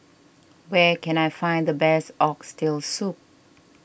where can I find the best Oxtail Soup